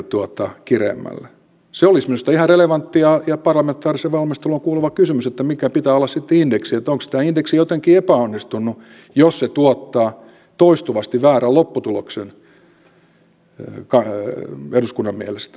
se olisi minusta ihan relevantti ja parlamentaariseen valmisteluun kuuluva kysymys että mikä pitää olla sitten indeksin että onko tämä indeksi jotenkin epäonnistunut jos se tuottaa toistuvasti väärän lopputuloksen eduskunnan mielestä